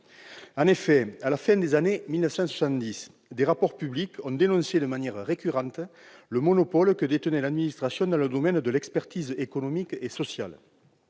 En effet, à la fin des années soixante-dix, des rapports publics avaient dénoncé de manière récurrente le monopole que détenait l'administration dans le domaine de l'expertise économique et sociale.